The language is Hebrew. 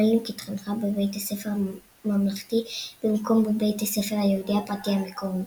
מלניק התחנכה בבית ספר ממלכתי במקום בבית הספר היהודי הפרטי המקומי.